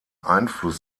einfluss